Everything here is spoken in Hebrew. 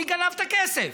מי גנב את הכסף?